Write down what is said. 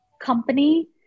company